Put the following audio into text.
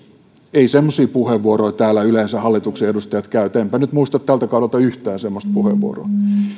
eivät semmoisia puheenvuoroja täällä yleensä hallituksen edustajat käytä enpä nyt muista tältä kaudelta yhtään semmoista puheenvuoroa